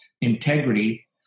integrity